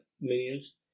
minions